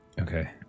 Okay